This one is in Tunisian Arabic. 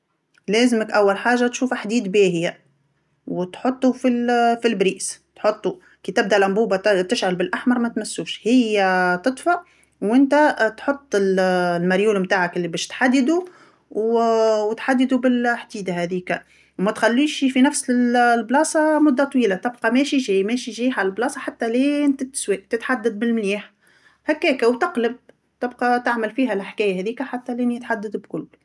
لازمك أول حاجة تشوف حديد باهيه، وتحطو فال- المأخذ، تحطو، كي تبدا اللامبوبه ت-تشعل بالأحمر ماتمسوش، هي تطفى ونتا تحط المريول متاعك اللي باش تحددو و تحددو بالحديده هاذيكا، وماتخليش في نفس ال-البلاصه لمده طويله، تبقى ماشي جاي ماشي جاي على البلاصه حتى لين تتسوى، تتحدد بالمليحه، هكاكا وتقلب، تبقى تعمل فيها الحكايه هاذيكا حتى لين يتحدد بكل.